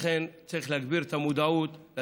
יצא חוזר מנכ"ל שיפרט את כל הסוגיות ואיך